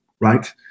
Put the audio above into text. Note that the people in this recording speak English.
right